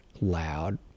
loud